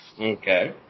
Okay